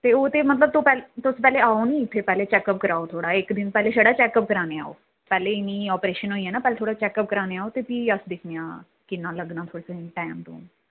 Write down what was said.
ते ओह् मतलब तो तुस पैह्लें आओ नी इत्थै चैक्क अप करोआओ थोआड़ा इक्क दिन पैह्लें छड़ा चैक्क अप करोआनै लेई आओ पैह्ले इ'यां नी आपरेशन होई जाना पैह्लें थोह्ड़ा चैक्क अप करोआनै लेई आओ ते भी अस दिक्खने आं कि'न्ना लग्गना तु'सें गी टैम टूम